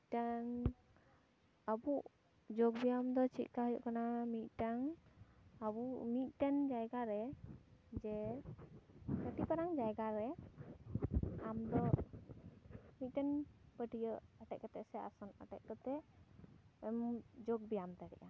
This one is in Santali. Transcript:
ᱢᱤᱫᱴᱮᱱ ᱟᱵᱚ ᱡᱳᱜᱽ ᱵᱮᱭᱟᱢ ᱫᱚ ᱪᱮᱫ ᱞᱮᱠᱟ ᱦᱩᱭᱩᱜ ᱠᱟᱱᱟ ᱢᱤᱫᱴᱟᱝ ᱟᱵᱚ ᱢᱤᱫᱴᱮᱱ ᱡᱟᱭᱜᱟ ᱨᱮ ᱡᱮ ᱠᱟᱹᱴᱤᱡ ᱯᱟᱨᱟᱝ ᱡᱟᱭᱜᱟ ᱨᱮ ᱟᱢᱫᱚ ᱢᱤᱫᱴᱮᱱ ᱯᱟᱹᱴᱭᱟᱹ ᱟᱴᱮᱫ ᱠᱟᱛᱮ ᱥᱮ ᱟᱥᱚᱱ ᱟᱴᱮᱫ ᱠᱟᱛᱮ ᱮᱢ ᱡᱳᱜᱽ ᱵᱮᱭᱟᱢ ᱫᱟᱲᱮᱭᱟᱜᱼᱟ